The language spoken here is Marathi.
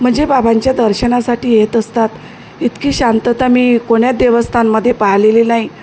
म्हणजे बाबांच्या दर्शनासाठी येत असतात इतकी शांतता मी कोण्याच देवस्थानमध्ये पाहिलेली नाही